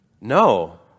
No